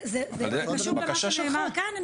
זה קשור למה שנאמר כאן.